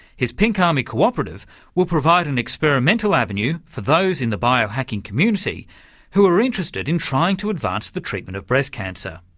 his pink army cooperative will provide an experimental avenue for those in the biohacking community who are interested in trying to advance the treatment of breast cancer.